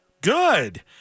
Good